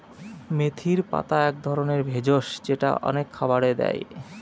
মেথির পাতা এক ধরনের ভেষজ যেটা অনেক খাবারে দেয়